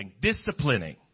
disciplining